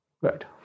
Good